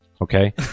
Okay